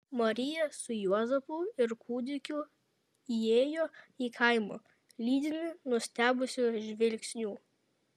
marija su juozapu ir kūdikiu įėjo į kaimą lydimi nustebusių žvilgsnių